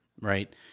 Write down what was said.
right